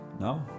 No